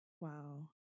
Wow